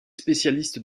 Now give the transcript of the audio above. spécialiste